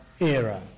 era